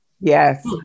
Yes